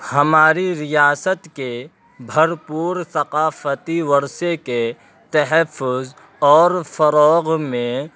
ہماری ریاست کے بھرپور ثقافتی ورثے کے تحفظ اور فروغ میں